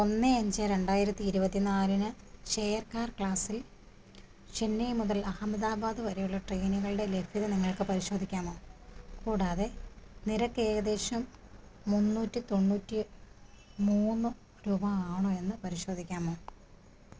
ഒന്ന് അഞ്ച് രണ്ടായിരത്തി ഇരുപത്തി നാലിന് ചെയർ കാർ ക്ലാസ്സിൽ ചെന്നൈ മുതൽ അഹമ്മദാബാദ് വരെയുള്ള ട്രെയിനുകളുടെ ലഭ്യത നിങ്ങൾക്ക് പരിശോധിക്കാമോ കൂടാതെ നിരക്ക് ഏകദേശം മുന്നൂറ്റി തൊണ്ണൂറ്റി മൂന്ന് രൂപ ആണോ എന്നു പരിശോധിക്കാമോ